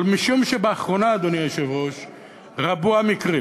אבל משום שבאחרונה רבו המקרים